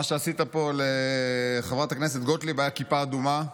מה שעשית פה לחברת הכנסת גוטליב היה "כיפה אדומה",